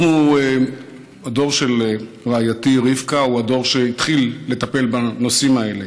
הדור של רעייתי רבקה הוא הדור שהתחיל לטפל בנושאים האלה.